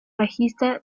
bajista